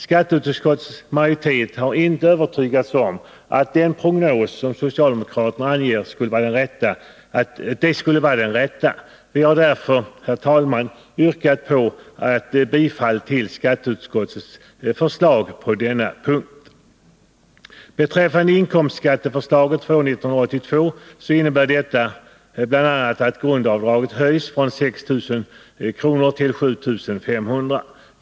Skatteutskottets majoritet har inte övertygats om att den prognos som socialdemokraterna anger skulle vara den rätta. Därför, herr talman, yrkar jag bifall till skatteutskottets förslag på denna punkt. Inkomstskatteförslaget för år 1982 innebär bl.a. att grundavdraget höjs från 6 000 kr. till 7 500 kr.